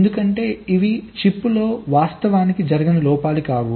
ఎందుకంటే ఇవి చిప్లో వాస్తవానికి జరగని లోపాలు కావు